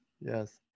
yes